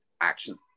action